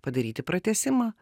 padaryti pratęsimą